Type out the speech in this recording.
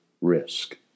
risk